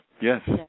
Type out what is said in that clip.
Yes